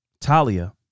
Talia